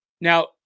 Now